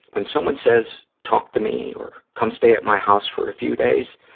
when someone says, talk to me, or come stay at my house for a few days,